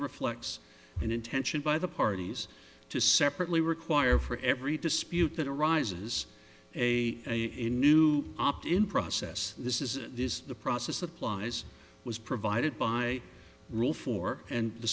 reflects an intention by the parties to separately require for every dispute that arises a new opt in process this is this the process that applies was provided by rule four and the